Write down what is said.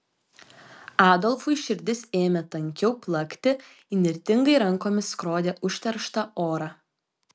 adolfui širdis ėmė tankiau plakti įnirtingai rankomis skrodė užterštą orą